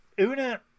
Una